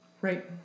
Right